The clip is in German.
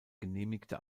genehmigte